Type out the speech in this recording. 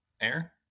air